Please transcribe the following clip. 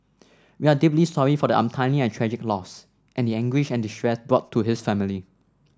we are deeply sorry for the untimely and tragic loss and the anguish and distress brought to his family